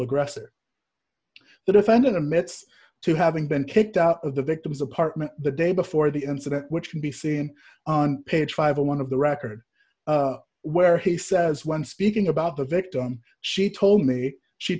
aggressor the defendant emits two having been kicked out of the victim's apartment the day before the incident which can be seen on page five or one of the record where he says when speaking about the victim she told me she